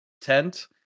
tent